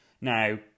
now